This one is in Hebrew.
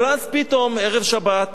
אבל אז פתאום, ערב שבת,